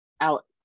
out